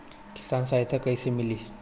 किसान सहायता कईसे मिली?